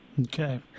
Okay